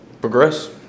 progress